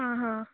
आं हां